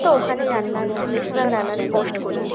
তো ওখানে রান্নার বেশিরভাগ রান্নার পোস্ট করি